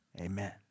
Amen